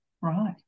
right